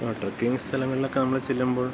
ആ ട്രക്കിങ് സ്ഥലങ്ങളിലൊക്കെ നമ്മള് ചെല്ലുമ്പോൾ